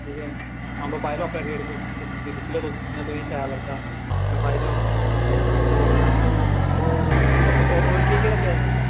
ठीक ऐ अंब पाई लाओ अपना रेट दिक्खी लैओ तुस जिन्ना तुसें शैल लगदा ते पाई लैओ ते होर होर केह् केह् रक्खे दा तुसें